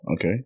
Okay